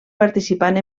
participant